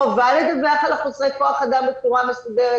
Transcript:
חובה לדווח על חוסרי כוח האדם בצורה מסודרת.